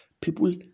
People